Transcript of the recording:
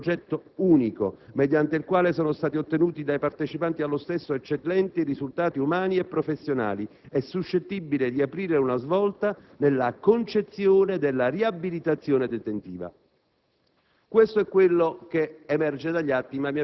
Nella stessa nota si parla del progetto in questione come di un progetto unico - mediante il quale sono stati ottenuti dai partecipanti allo stesso «eccellenti risultati umani e professionali» - e suscettibile di aprire «una svolta nella concezione della riabilitazione detentiva».